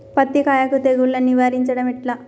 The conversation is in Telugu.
పత్తి కాయకు తెగుళ్లను నివారించడం ఎట్లా?